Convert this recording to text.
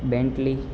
Bentley